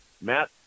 Matt